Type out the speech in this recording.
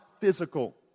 physical